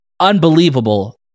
unbelievable